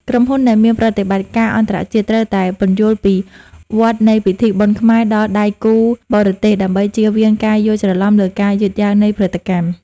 ក្រុមហ៊ុនដែលមានប្រតិបត្តិការអន្តរជាតិ ត្រូវតែពន្យល់ពីវដ្តនៃពិធីបុណ្យខ្មែរដល់ដៃគូបរទេស ដើម្បីចៀសវាងការយល់ច្រឡំលើការយឺតយ៉ាវនៃផលិតកម្ម។